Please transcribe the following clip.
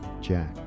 Jack